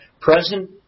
present